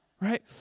Right